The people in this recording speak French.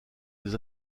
des